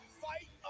fight